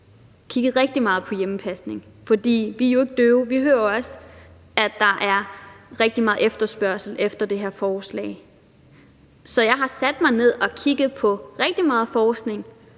kigget rigtig meget på hjemmepasning, for vi er jo ikke døve. Vi hører jo også, at der er rigtig meget efterspørgsel efter det her forslag. Så jeg har sat mig ned og kigget frem og tilbage på rigtig meget forskning: